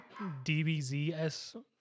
DBZS